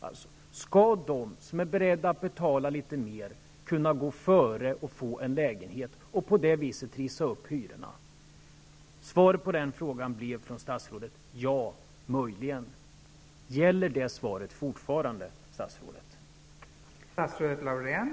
Alltså: Skall de som är beredda att betala litet mer kunna gå före och få en lägenhet och på det viset trissa upp hyrorna? Svaret från statsrådet blev: Ja, möjligen. Gäller det svaret fortfarande, statsrådet?